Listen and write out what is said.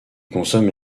consomme